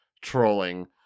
trolling